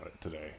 today